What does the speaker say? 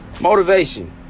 Motivation